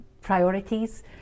priorities